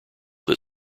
that